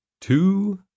two